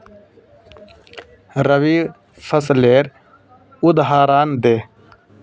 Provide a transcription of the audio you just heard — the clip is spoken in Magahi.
रवि फसलेर उदहारण दे?